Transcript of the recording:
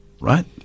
Right